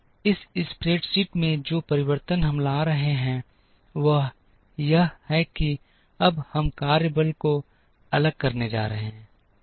इस स्प्रेडशीट में जो परिवर्तन हम ला रहे हैं वह यह है कि अब हम कार्यबल को अलग करने जा रहे हैं